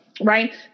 Right